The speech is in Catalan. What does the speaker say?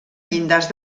llindars